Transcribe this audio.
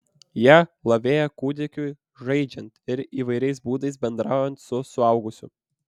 jie lavėja kūdikiui žaidžiant ir įvairiais būdais bendraujant su suaugusiu